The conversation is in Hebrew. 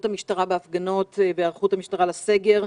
המשטרה בהפגנות והיערכות המשטרה לסגר.